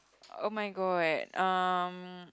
oh-my-god um